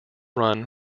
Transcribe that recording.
run